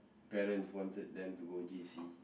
parents wanted them to go J_C